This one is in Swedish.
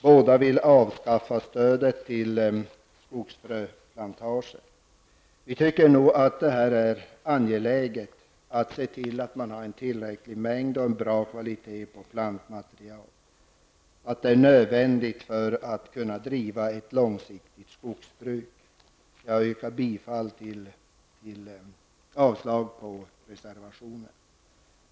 Båda vill avskaffa stödet till skogsfröplantager. Vi tycker att det är angeläget att se till att man har en tillräcklig mängd och bra kvalitet på plantmaterialet. Det är nödvändigt för att kunna driva ett långsiktigt jordbruk. Jag yrkar avslag på reservationerna.